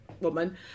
woman